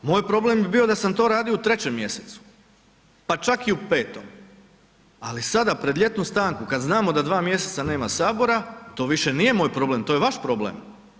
Moj problem bi bio da sam to radio u 3. mj. pa čak i u 5. ali sada pred ljetnu stanku kad znamo da dva mj. nema Sabora, to više nije moj problem, to je vaš problem.